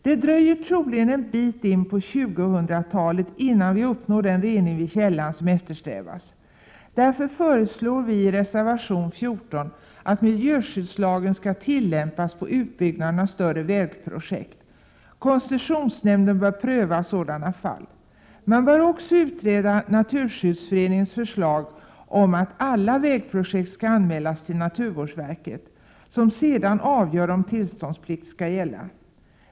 Det dröjer troligen en bit in på 2000-talet innan vi uppnår den rening vid källan som eftersträvas. Därför föreslår vi i reservation 14 att miljöskyddslagen skall tillämpas på större utbyggnader av vägar. Koncessionsnämnden bör pröva sådana fall. Man bör också utreda Naturskyddsföreningens förslag om att alla vägprojekt skall anmälas till naturvårdsverket som därefter skall avgöra om tillståndsplikt skall gälla.